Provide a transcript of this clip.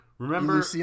Remember